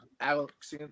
Alex